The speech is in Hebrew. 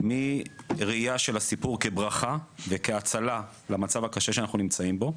מראיה של הסיפור כברכה וכהצלה למצב הקשה שאנחנו נמצאים בו,